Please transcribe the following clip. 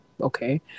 Okay